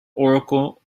oracle